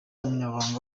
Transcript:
umunyamabanga